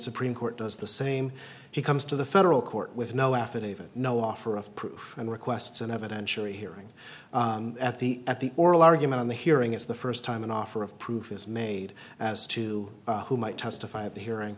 supreme court does the same he comes to the federal court with no affidavit no offer of proof and requests an evidentiary hearing at the at the oral argument in the hearing is the first time an offer of proof is made as to who might testify at the hearing